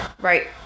right